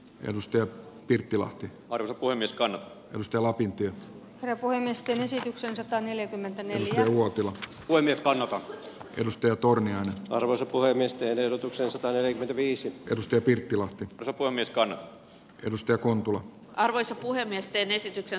edustaja pirttilahti arto kuin niskaan mistä lapintien ja voimisteluesitykseen sataneljäkymmentäneljä vuotivat kun espanja edustaja turmia arvostetuimmista ja verotuksen sataneljäkymmentäviisi karsten pirttilahti topon niskan hyllystö kontula arvoisa puhemies teen esityksen